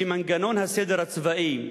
שאצלם מנגנון הסדר הצבאי,